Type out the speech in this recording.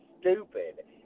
stupid